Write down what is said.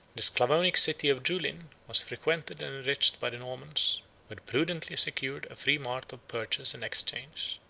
the sclavonic city of julin was frequented and enriched by the normans, who had prudently secured a free mart of purchase and exchange.